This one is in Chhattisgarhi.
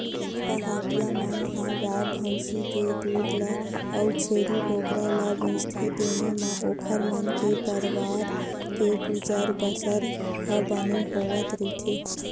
पहाटिया मन ह गाय भइसी के दूद ल अउ छेरी बोकरा ल बेचथे तेने म ओखर मन के परवार के गुजर बसर ह बने होवत रहिथे